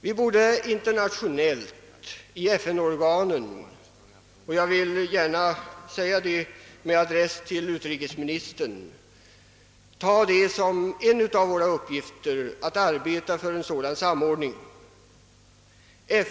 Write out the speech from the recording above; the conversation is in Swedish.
Vi borde i FN-organen — jag vill gärna säga det med adress till utrikesministern — ta det som en av våra internationella uppgifter att arbeta för en sådan samordning.